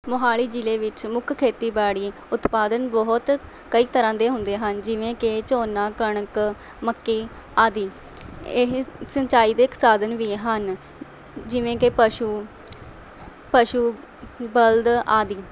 ਮੋਹਾਲੀ ਜ਼ਿਲ੍ਹੇ ਵਿੱਚ ਮੁੱਖ ਖੇਤੀਬਾੜੀ ਉਤਪਾਦਨ ਬਹੁਤ ਕਈ ਤਰ੍ਹਾਂ ਦੇ ਹੁੰਦੇ ਹਨ ਜਿਵੇਂ ਕਿ ਝੋਨਾ ਕਣਕ ਮੱਕੀ ਆਦਿ ਇਹ ਸਿੰਚਾਈ ਦੇ ਸਾਧਨ ਵੀ ਹਨ ਜਿਵੇਂ ਕਿ ਪਸ਼ੂ ਪਸ਼ੂ ਬਲਦ ਆਦਿ